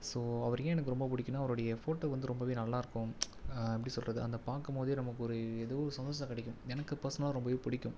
so அவரை ஏன் எனக்கு ரொம்ப பிடிக்கும்னா அவருடைய ஃபோட்டோ வந்து ரொம்பவே நல்லாருக்கும் எப்படி சொல்வது அந்த பார்க்கும்போதே நமக்கு ஒரு ஏதோ ஒரு சந்தோஷம் கிடைக்கும் எனக்கு பர்ஸ்னலாக ரொம்பவே பிடிக்கும்